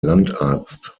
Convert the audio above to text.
landarzt